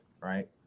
right